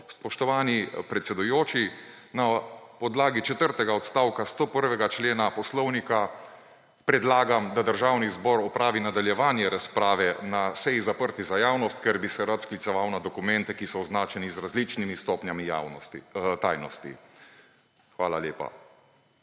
spoštovani predsedujoči, na podlagi četrtega odstavka 101. člena Poslovnika predlagam, da Državni zbor opravi nadaljevanje razprave na seji zaprti za javnost, ker bi se rad skliceval na dokumente, ki so označeni z različnimi stopnjami tajnosti. Hvala lepa.